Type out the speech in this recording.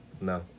no